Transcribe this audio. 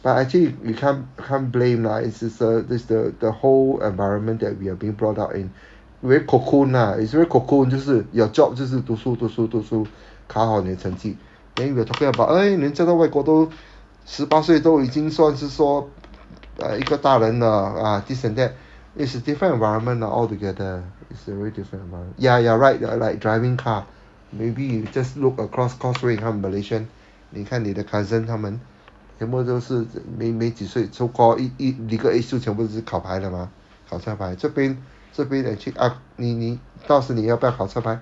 but actually you can't can't blame lah it's it's the it's the the whole environment that we are being brought up in very cocooned ah it's very cocooned 就是 your job 就是读书读书读书考好你的成绩 then we are talking about eh 人家都外国都十八岁都已经算是说 like 一个大人了 ah this and that it's different environment ah altogether it's very different environment ya you are right you are right driving car maybe you just look across causeway 他们 malaysian 你看你的 cousin 他们全部都是没没几岁 so call it it legal age 就全部都是考牌了 mah 好像 but 这边这边 actually ah 到时你要不要考车牌